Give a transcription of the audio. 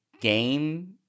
game